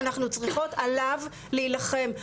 אנחנו צריכות עליו להילחם,